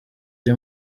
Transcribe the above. ari